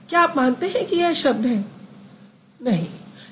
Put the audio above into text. क्या आप मानते हैं कि यह शब्द है